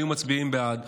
היו מצביעים בעד.